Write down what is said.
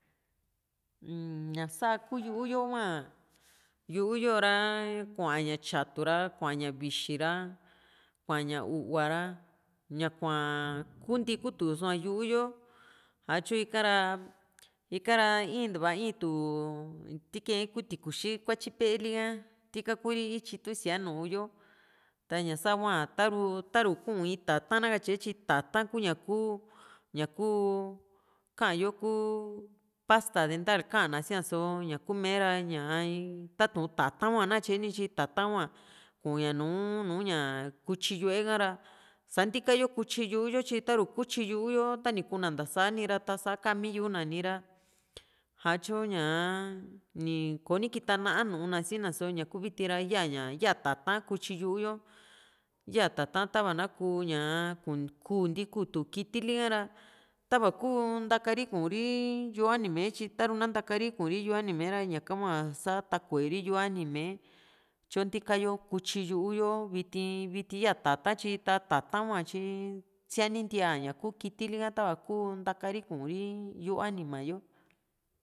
ñaa sa´aku yo´hua yu´u yo´ra kua´n ña tyaru ra kua ña vivi ra kua´n ña u´va ra ñakua kunti kutuso´a yu´u yo satyu ika´ra ikara intuba itu tii ka´en ku tikuxi kuatyi peli ka tika kuru ityitu síaa nu´u yo ta´ña sahua taru taru ikuu´n in tata´n na katye tyi tata´n kuña kuu ña kuu kayo kuu pasta dental kana sia´so ñaku mee ra ña tatu´n tata´n hua nakatye nityi tata hua kuu ña nùù ña kutyi yu´e ka´ra sa ntika yo kutyi yu´yo tyi ta´ru kutyi yu´u yo tani kuna ntasani ra tasa kaa mi yu´u na nira atyo ñaa ni koni kita na´a na n´u na sina só ñaku viti ra yaa ña ya tata´n kutyi yu´u yo yaa tata´n tava na kuu ñaa kuu´n ti kuu tu kitili ka ra tava iku ntaka ri kuu´ri yu´u anima tyi taru na ntakari kuu´ri yu´u anima´e ra ñaka hua satakueri yu´u anima´e tyo ntika yo kutyi yu´u yo viti viti ya tata´n tyi ta tata´n hua tyi sianintia ña kuu kitil ha tava ni kuu ntaka ri Kuri yu´u anima yo